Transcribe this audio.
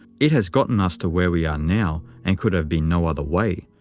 it has gotten us to where we are now and could have been no other way,